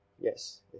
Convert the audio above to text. Yes